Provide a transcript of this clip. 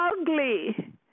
ugly